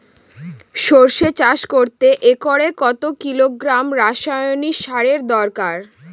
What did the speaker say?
সরষে চাষ করতে একরে কত কিলোগ্রাম রাসায়নি সারের দরকার?